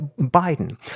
Biden